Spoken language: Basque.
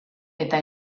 eta